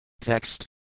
Text